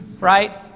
right